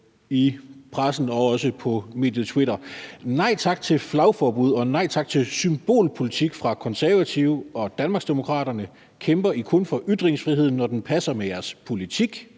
i pressen og også på mediet X, tidligere Twitter: »Nej tak til flagforbud! Og nej tak til symbolpolitik fra @KonservativeDK og @partietDD. Kæmper I kun for ytringsfriheden, når den passer med jeres politik?